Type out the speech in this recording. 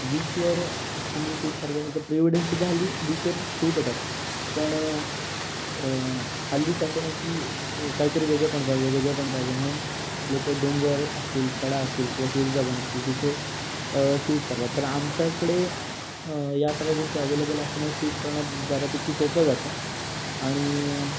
बीचवर तुम्ही शूट करायचं असलंं तर प्रिवेडिंगसुद्धा हल्ली बीचवर शूट होतात पण हल्ली फॅशन है की काहीतरी वेगळेपण पाहिजे वेगळेपण पाहिजे म्हणून लोक डोंगर असतील कडा असतील किंवा सुरूचा बन असतील तिथे शूट करतात तर आमच्याकडे या सगळ्या गोष्टी अवेलेबल असल्यामुळे शूट करणं बऱ्यापैकी सोपं जातं आणि